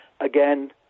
again